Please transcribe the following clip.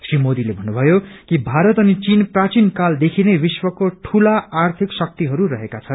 श्री मोदीले भन्नुभयो कि भारत अनि चीन प्राचीन कालदेखिनै विश्वको ठूला आर्थिक शक्तिहरू रहेका छन्